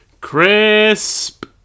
Crisp